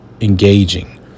engaging